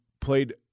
played